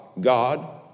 God